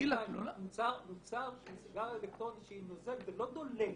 נרגילה היא מוצר שהיא סיגריה אלקטרונית והיא נוזל והיא לא דולקת.